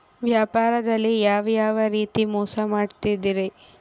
ವ್ಯಾಪಾರದಲ್ಲಿ ಯಾವ್ಯಾವ ರೇತಿ ಮೋಸ ಮಾಡ್ತಾರ್ರಿ?